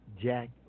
Jack